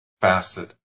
facet